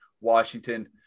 Washington